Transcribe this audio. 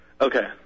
Okay